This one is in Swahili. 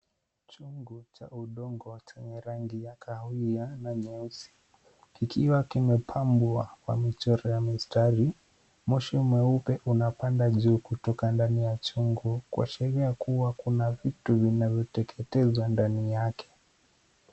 Chungu cha udongo chenye rangi ya kahawia na nyeusi. Kikiwa kimepambwa kwa michoro ya mistari. Moshi mweupe unapanda juu kutoka ndani ya chungu kuashiria kuwa kuna vitu vinavyoteketezwa ndani yake.